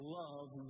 love